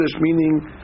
meaning